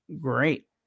great